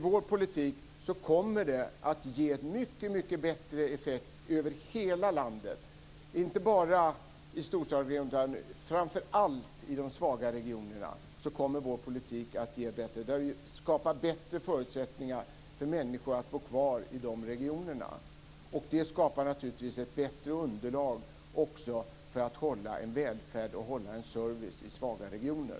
Vår politik kommer att ge en mycket bättre effekt över hela landet, inte bara i storstadsregionerna utan framför allt i de svaga regionerna. Vi skapar bättre förutsättningar för människor att bo kvar i de regionerna. Det skapar naturligtvis också ett bättre underlag för att hålla en välfärd och en service i svaga regioner.